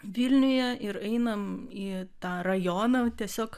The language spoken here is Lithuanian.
vilniuje ir einam į tą rajoną tiesiog